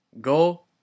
Go